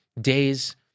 days